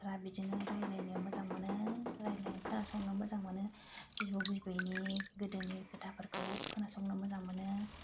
बाथ्रा बिदिनो रायलायनो मोजां मोनो खोनासंनो मोजां मोनो बिबौ बिबैनि गोदोनि खोथाफोरखौ खनासंनो मोजां मोनो